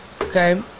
Okay